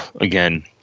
again